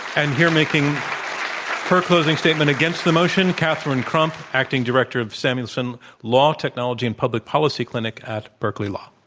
and here making her closing statement against the mother, catherine catherine crump, acting director of the samuelsson law technology and public policy clinic at berkeley law.